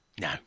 No